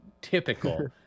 typical